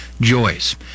Joyce